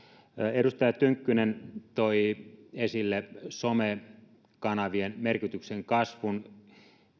edustaja tynkkynen toi esille somekanavien merkityksen kasvun